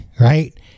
right